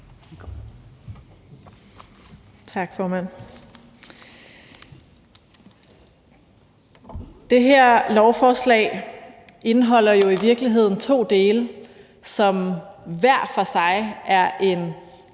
Tak, formand. Det her lovforslag indeholder jo i virkeligheden to dele, som hver for sig er en